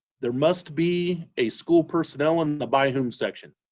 there must be a school personnel in the by whom section.